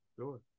Sure